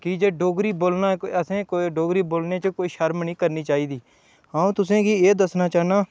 की जे डोगरी बोलना असें गी डोगरी बोलने च कोई शर्म नेईं करनी चाहिदी अ'ऊं तुसें गी एह् दस्सना चाह्न्नां